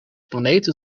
planeten